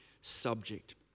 subject